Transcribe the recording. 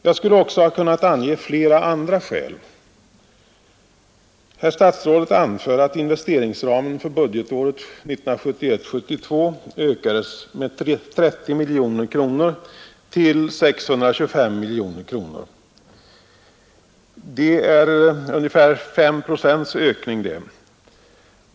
Jag skulle ha kunnat ange flera andra skäl. Herr statsrådet anför att investeringsramen för budgetåret 1971/72 ökades med 30 miljoner kronor till 625 miljoner. Det är ungefär 5 procents ökning.